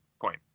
Point